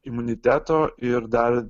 imuniteto ir dar